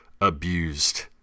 abused